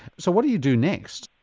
so what do you do next?